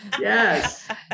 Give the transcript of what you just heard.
Yes